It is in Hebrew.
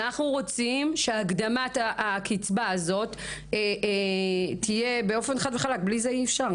אנחנו רוצים שהקדמת הקצבה הזאת תהיה באופן חד וחלק ובלי זה אי-אפשר.